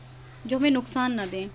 جو ہمیں نقصان نہ دیں